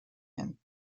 him